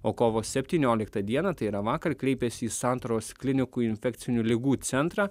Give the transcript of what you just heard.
o kovo septynioliktą dieną tai yra vakar kreipėsi į santaros klinikų infekcinių ligų centrą